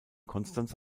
konstanz